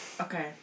okay